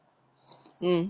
mm